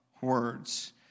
words